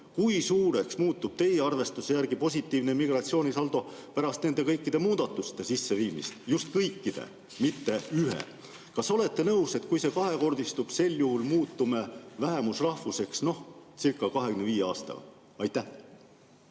kui suureks muutub teie arvestuste järgi positiivne migratsioonisaldo pärast nende kõikide muudatuste sisseviimist? Just kõikide, mitte ühe. Kas olete nõus, et kui see kahekordistub, siis muutume vähemusrahvusekscirca25 aastaga? Aitäh,